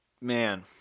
man